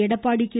Edappadi K